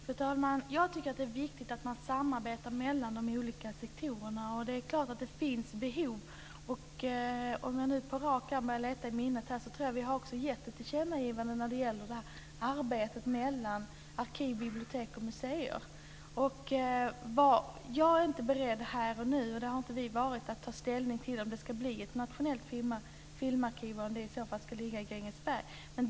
Fru talman! Jag tycker att det är viktigt att man samarbetar mellan de olika sektorerna. Det är klart att det finns behov. Jag kan på rak arm börja leta i minnet. Jag tror att vi har gett ett tillkännagivande när det gäller samarbetet mellan arkiv, bibliotek och museer. Jag är inte beredd - och det har vi inte varit - att här och nu ta ställning till om det ska bli ett nationellt filmarkiv och om det i så fall ska ligga i Grängesberg.